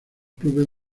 clubes